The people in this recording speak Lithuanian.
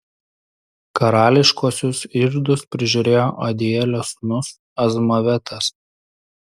karališkuosius iždus prižiūrėjo adielio sūnus azmavetas